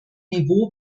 niveau